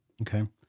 Okay